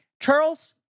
Charles